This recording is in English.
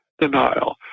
denial